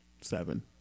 seven